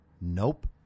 Nope